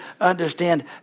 understand